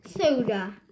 soda